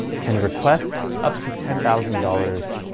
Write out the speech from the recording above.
can request up to ten thousand dollars,